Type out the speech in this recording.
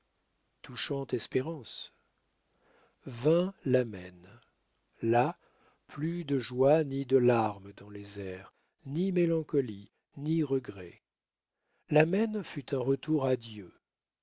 touchante espérance vint l'amen là plus de joie ni de larmes dans les airs ni mélancolie ni regrets l'amen fut un retour à dieu